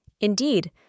Indeed